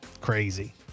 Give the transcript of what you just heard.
Crazy